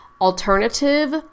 alternative